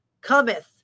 cometh